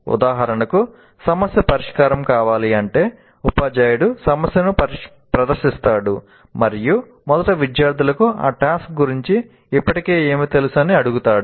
ఉదాహరణకు సమస్య పరిష్కారం కావాలంటే ఉపాధ్యాయుడు సమస్యను ప్రదర్శిస్తాడు మరియు మొదట విద్యార్థులకు ఆ టాస్క్ గురించి ఇప్పటికే ఏమి తెలుసు అని అడుగుతాడు